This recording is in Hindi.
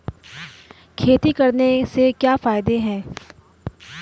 खेती करने से क्या क्या फायदे हैं?